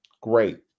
Great